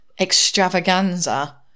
extravaganza